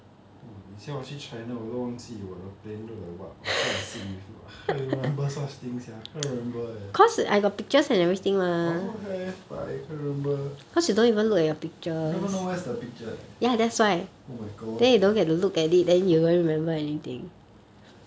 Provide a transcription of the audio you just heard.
!wah! 以前我去 china 我都忘记我的 plane look like what or who I sit with how you remember such things sia I can't remember leh I also have but I can't remember I don't even know where is the picture leh oh my god